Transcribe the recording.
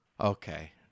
Okay